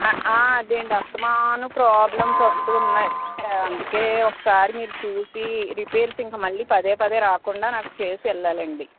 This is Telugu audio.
అదేనండి అస్తమానం ప్రాబ్లమ్స్ వస్తూ ఉన్నాయి అందుకే ఒకసారి మీరు చూసి రిపేర్స్ ఇంకా మళ్ళీ పదేపదే నాకు రాకుండా చేసి వెళ్ళాలండి